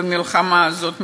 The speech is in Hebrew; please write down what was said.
במלחמה הזאת,